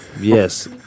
Yes